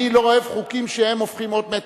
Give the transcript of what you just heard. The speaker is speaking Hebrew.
אני לא אוהב חוקים שהופכים אות מתה.